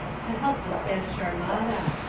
to help the spanish armada,